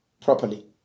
properly